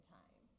time